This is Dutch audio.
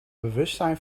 bewustzijn